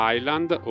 Island